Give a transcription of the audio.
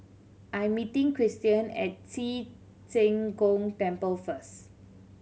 I'm meeting Kristian at Ci Zheng Gong Temple first